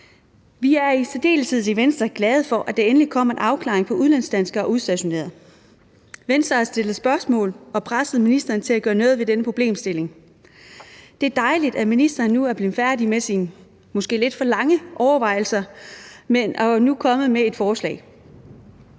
Vi er i Venstre i særdeleshed glade for, at der endelig kom en afklaring i forhold til udlandsdanskere og udstationerede. Venstre har stillet spørgsmål og presset ministeren til at gøre noget ved denne problemstilling. Det er dejligt, at ministeren nu er blevet færdig med sine måske lidt for lange overvejelser og nu er kommet med et forslag.